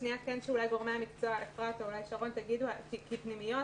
אולי גורמי המקצוע יגידו, כי בפנימיות,